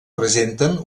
presenten